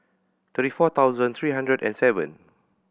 thirty four thousand three hundred and seven